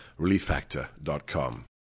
relieffactor.com